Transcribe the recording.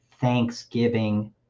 thanksgiving